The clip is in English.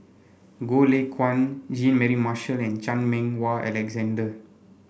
Goh Lay Kuan Jean Mary Marshall and Chan Meng Wah Alexander